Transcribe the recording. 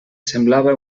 semblava